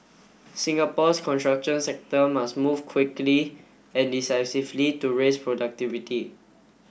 Singapore's construction sector must move quickly and decisively to raise productivity